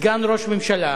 בסגן ראש ממשלה,